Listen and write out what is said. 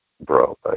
bro